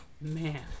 Man